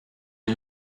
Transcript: him